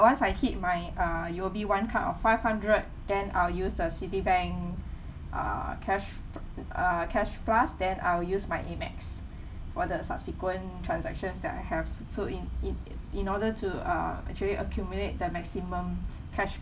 once I hit my uh U_O_B one card of five hundred then I'll use the citibank err cash uh cash plus then I'll use my A_M_E_X for the subsequent transactions that I have so in in in order to uh actually accumulate the maximum cashback